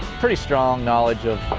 pretty strong knowledge of